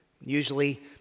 Usually